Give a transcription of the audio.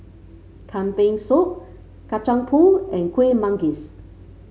Kambing Soup Kacang Pool and Kuih Manggis